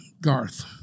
Garth